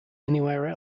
anywhere